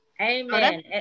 amen